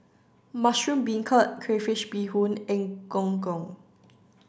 mushroom beancurd crayfish beehoon and Gong Gong